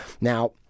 Now